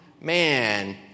man